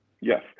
Yes